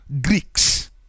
Greeks